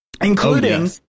including